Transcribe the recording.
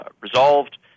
resolved